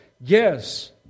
yes